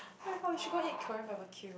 [oh]-my-god we should go and eat Korean barbeque